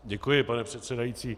Děkuji, pane předsedající.